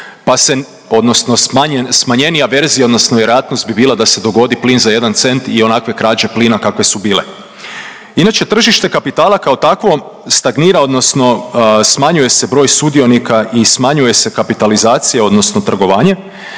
odnosno smanjenija verzija odnosno vjerojatnost bi bila da se dogodi plin za jedan cent i onakve krađe plina kakve su bile. Inače tržište kapitala kao takvo stagnira, odnosno smanjuje se broj sudionika i smanjuje se kapitalizacija, odnosno trgovanje